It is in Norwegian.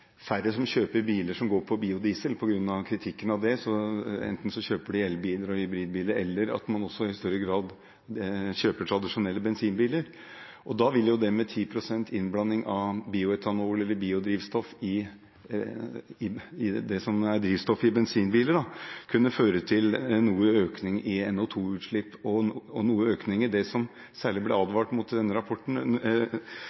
færre som kjøper biler som går på biodiesel, på grunn av kritikken mot det. Enten kjøper man elbiler eller hybridbiler, eller man kjøper i større grad også tradisjonelle bensinbiler. Da vil dette med 10 pst. innblanding av bioetanol eller biodrivstoff i det som er drivstoffet i bensinbiler, kunne føre til noe økning i NO 2 -utslipp og noe økning i det som det særlig ble